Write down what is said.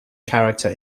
character